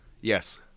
Yes